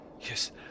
yes